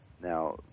Now